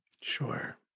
Sure